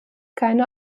keine